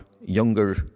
younger